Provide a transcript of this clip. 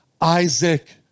Isaac